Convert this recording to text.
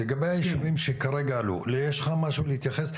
לגבי הישובים שכרגע עלו, יש לך משהו להתייחס?